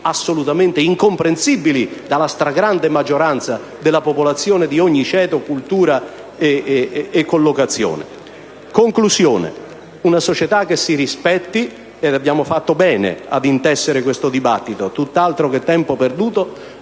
assolutamente incomprensibili dalla stragrande maggioranza della popolazione di ogni ceto, cultura e collocazione. In conclusione, una società che si rispetti - abbiamo fatto bene ad intessere questo dibattito, tutt'altro che tempo perduto